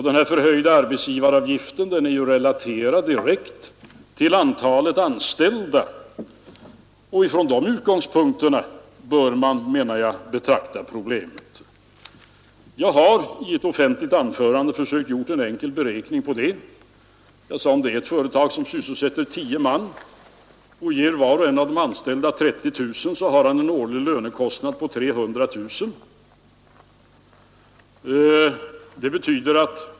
Den förhöjda arbetsgivaravgiften är ju relaterad direkt till antalet anställda. Från de utgångspunkterna bör man, menar jag, betrakta problemet. Jag har i ett offentligt anförande försökt göra en enkel beräkning. Jag sade att om det är ett företag som sysselsätter tio man och ger var och en 30 000 kronor, så har det en årlig lönekostnad på 300 000 kronor.